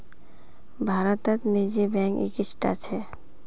भारतत निजी बैंक इक्कीसटा छ